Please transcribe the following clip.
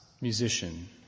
musician